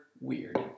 weird